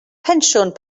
pensiwn